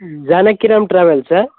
ಹ್ಞೂ ಜಾನಕಿರಾಮ್ ಟ್ರಾವೆಲ್ಸಾ